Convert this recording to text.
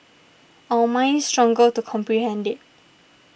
our minds struggle to comprehend it